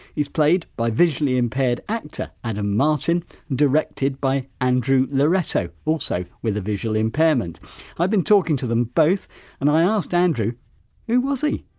he's played by visually impaired actor, adam martin, and directed by andrew loretto, also with a visual impairment i've been talking to them both and i asked andrew who was he?